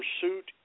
pursuit